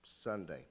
Sunday